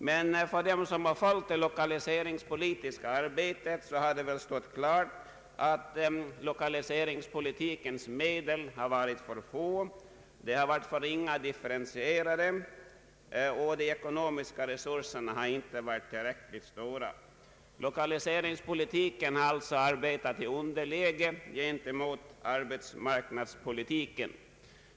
Men för den som följt det lokaliseringspolitiska arbetet har det stått klart att lokaliseringspolitikens medel varit för få, de har varit för litet differentierade, och de ekonomiska resurserna har inte varit tillräckliga. Lokaliseringspolitiken har därför kommit i underläge gentemot arbetsmarknadspolitiken.